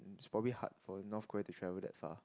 it's probably hard for North-Korea to travel that far